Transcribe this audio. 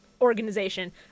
organization